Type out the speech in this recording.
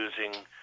using